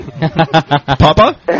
Papa